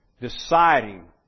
Deciding